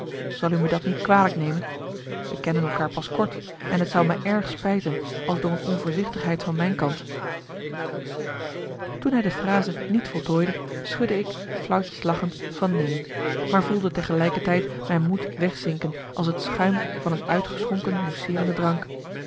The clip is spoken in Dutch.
zal u me dat niet kwalijk nemen we kennen elkaar pas kort en het zou me erg spijten als door een onvoorzichtigheid van mijn kant toen hij de frase niet voltooide schudde ik flauwtjes lachend van neen maar voelde tegelijkertijd mijn moed wegzinken als het schuim van een uitgeschonken mousseerende drank